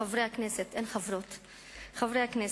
חברי הכנסת, אין חברות כנסת,